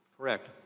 Correct